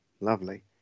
lovely